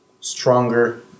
Stronger